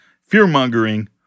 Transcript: fear-mongering